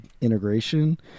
integration